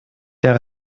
der